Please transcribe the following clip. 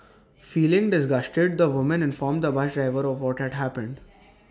feeling disgusted the woman informed the bus driver of what had happened